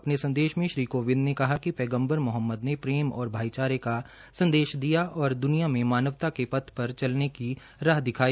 अपने संदेश में श्री कोविंद ने कहाकि पैगम्बर मोहम्मद ने प्रेम और भाईचारे का संदेश दिया और द्वनिया में मानवता के पथ पर चलने की राह दिखाई